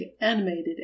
animated